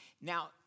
now